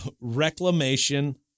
reclamation